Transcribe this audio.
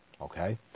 Okay